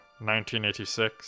1986